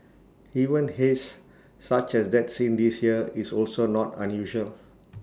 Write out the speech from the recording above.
even haze such as that seen this year is also not unusual